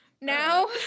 now